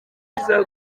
byiza